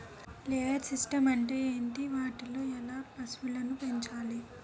Layer systems అంటే ఏంటి? వాటిలో ఎలా పశువులను పెంచాలి?